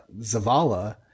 Zavala